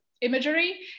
Imagery